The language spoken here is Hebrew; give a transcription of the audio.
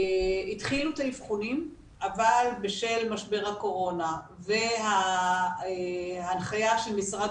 התחילו את האבחונים אבל בשל משבר הקורונה וההנחיה של משרד